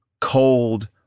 cold